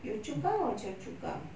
yio chu kang or choa chu kang